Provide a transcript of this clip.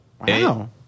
Wow